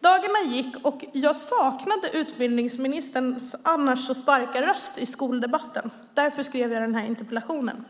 Dagarna gick, och jag saknade utbildningsministerns annars så starka röst i skoldebatten. Därför skrev jag den här interpellationen.